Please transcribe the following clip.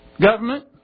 government